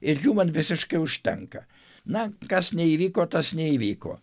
ir jų man visiškai užtenka na kas neįvyko tas neįvyko